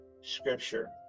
scripture